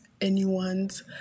anyone's